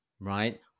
Right